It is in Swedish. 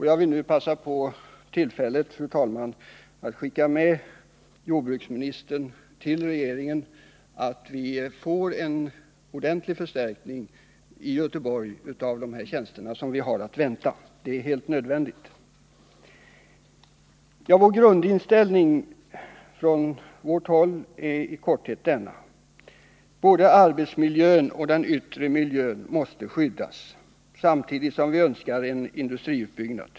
Jag vill nu, fru talman, passa på tillfället att skicka med jordbruksministern en beställning till regeringen om en ordentlig förstärkning av tjänsterna på naturvårdsenheten i Göteborgs och Bohus län. En sådan är helt nödvändig. Vår grundinställning är i korthet denna: Både arbetsmiljön och den yttre miljön måste skyddas, samtidigt som vi önskar en industriutbyggnad.